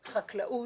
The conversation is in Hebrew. חקלאות,